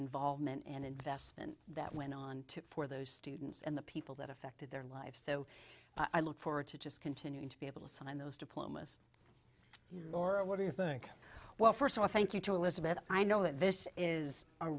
involvement and investment that went on to it for those students and the people that affected their lives so i look forward to just continuing to be able to sign those diplomas laura what do you think well first of all thank you to elizabeth i know that this is a